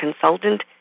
consultant